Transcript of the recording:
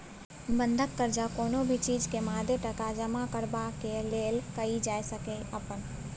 बंधक कर्जा कुनु भी चीज के मादे टका जमा करबाक लेल कईल जाइ सकेए अपन